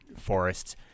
forests